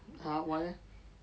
!huh! why eh